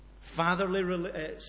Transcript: fatherly